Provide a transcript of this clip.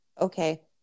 okay